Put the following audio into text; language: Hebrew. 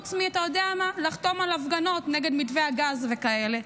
חוץ מאתה יודע מה לחתום על הפגנות נגד מתווה הגז וכאלה.